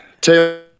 Taylor